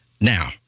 Now